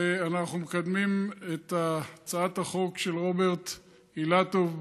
ואנחנו מקדמים את הצעת החוק של רוברט אילטוב.